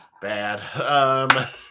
bad